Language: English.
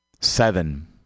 Seven